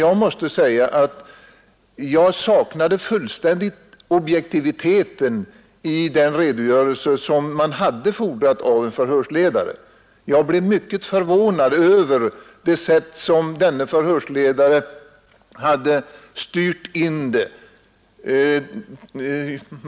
Jag måste tyvärr säga att jag i redogörelsen fullständigt saknade den objektivitet som man måste fordra av en utredare. Jag blev mycket förvånad över det sätt som denne utredare hade styrt förhöret på.